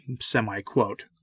semi-quote